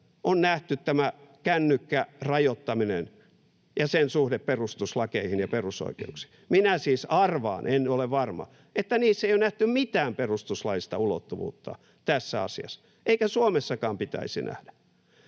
on nähty tämä kännykkärajoittaminen ja sen suhde perustuslakeihin ja perusoikeuksiin. Minä siis arvaan — en ole varma — että niissä ei ole nähty mitään perustuslaillista ulottuvuutta tässä asiassa. Eikä Suomessakaan pitäisi nähdä.